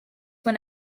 when